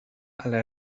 ala